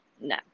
No